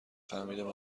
فهمیدم